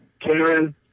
Karen